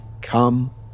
Come